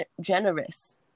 generous